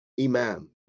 imam